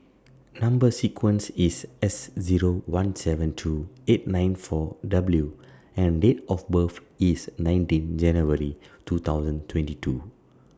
Number sequence IS S Zero one seven two eight nine four W and Date of birth IS nineteen January two thousand twenty two